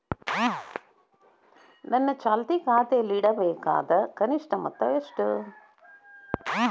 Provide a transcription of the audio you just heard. ನನ್ನ ಚಾಲ್ತಿ ಖಾತೆಯಲ್ಲಿಡಬೇಕಾದ ಕನಿಷ್ಟ ಮೊತ್ತ ಎಷ್ಟು?